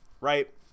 right